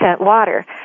water